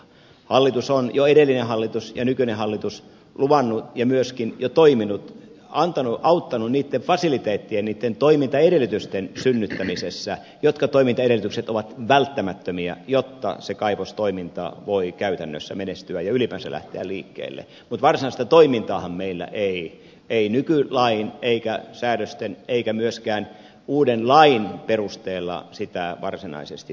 hallitus jo edellinen hallitus samoin nykyinen hallitus on luvannut ja myöskin jo toiminut auttanut niitten fasiliteettien niitten toimintaedellytysten synnyttämisessä jotka ovat välttämättömiä jotta se kaivostoiminta voi käytännössä menestyä ja ylipäänsä lähteä liikkeelle mutta varsinaista toimintaahan meillä ei nykylain eikä säädösten eikä myöskään uuden lain perusteella varsinaisesti tueta